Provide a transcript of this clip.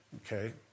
okay